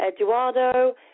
Eduardo